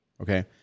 Okay